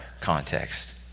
context